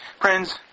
Friends